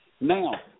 Now